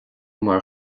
mar